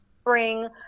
spring